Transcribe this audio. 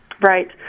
Right